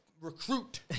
recruit